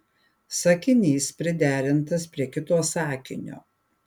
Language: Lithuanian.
sakinys priderintas prie kito sakinio